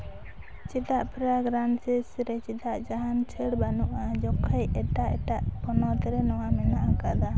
ᱪᱮᱫᱟᱜ ᱯᱷᱨᱟᱜᱽᱨᱟᱱᱥᱮᱥ ᱨᱮ ᱪᱮᱫᱟᱜ ᱡᱟᱦᱟᱱ ᱪᱷᱟᱹᱲ ᱵᱟᱹᱱᱩᱜᱼᱟ ᱡᱚᱠᱷᱮᱡ ᱮᱴᱟᱜ ᱮᱴᱟᱜ ᱦᱚᱱᱚᱛ ᱨᱮ ᱱᱚᱣᱟ ᱢᱮᱱᱟᱜ ᱟᱠᱟᱫᱟ